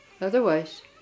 Otherwise